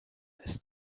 ist